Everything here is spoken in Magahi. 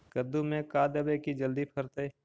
कददु मे का देबै की जल्दी फरतै?